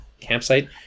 campsite